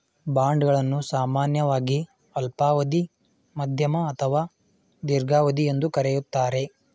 bond ಗಳನ್ನು ಸಾಮಾನ್ಯವಾಗಿ ಅಲ್ಪಾವಧಿ, ಮಧ್ಯಮ ಅಥವಾ ದೀರ್ಘಾವಧಿ ಎಂದು ಕರೆಯುತ್ತಾರೆ